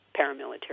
paramilitary